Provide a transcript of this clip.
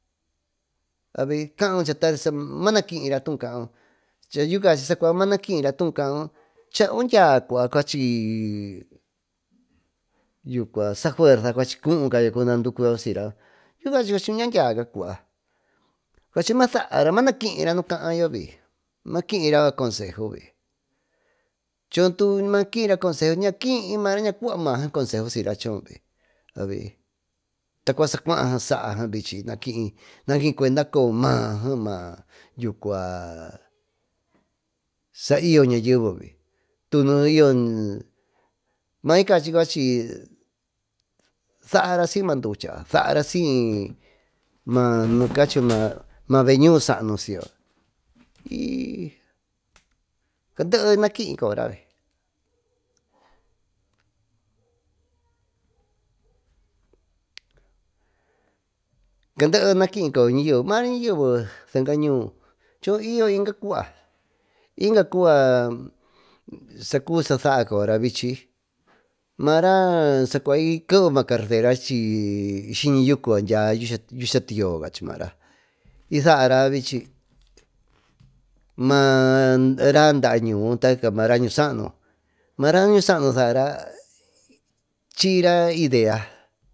Sacuaa saama nakiyra tuú caaún chaa yuu cachi saa cua maanakiyra too caaun chaa cuaa cuachysa fuerza cue cuuyo cunaa ducuyo siyra yuú cachi cue ñadyaca cua cuachy maa saara maa nakiyra yucua consigo vi choo tu maakiyra consejo choo ña cuba maasee consejo siyra bi tacua saa cuaagee saa gee bichy ñaakiy naa kiy cuenda coyo maa gee maa saa y yo ñayeve tunu y yo maicachy saara siy maa ducha yucua saasiy maa beeñuu saanu siyo yi candee naki y coyavi mary ñayeve seeca ñuu choo y yo inga cua sacubi sa saara saa cubi sasaara sacua y kevee maa carretera syiñi yucú yucua dya yuucha tiyyo yucua y saara vichy maa raa daa ñuu taricaa mara ñuu saanú maara ñuu saanu saara chiyra idea.